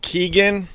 Keegan